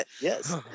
yes